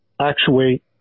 actuate